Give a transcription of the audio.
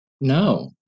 No